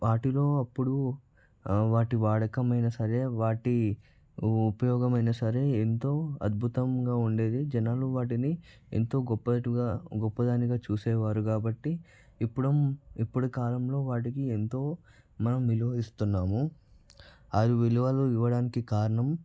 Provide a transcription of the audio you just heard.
వాటిలో అప్పుడు వాటి వాడకమైన సరే వాటి ఉపయోగం అయినా సరే ఎంతో అద్భుతంగా ఉండేది జనాలు వాటిని ఎంతో గొప్పేట్టుగా గొప్పదానిగా చూసేవారు కాబట్టి ఇప్పుడు ఇప్పుటి కాలంలో వాటికి ఎంతో మనం విలువ ఇస్తున్నాము అది విలువలు ఇవ్వడానికి కారణం